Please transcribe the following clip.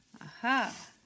Aha